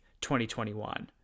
2021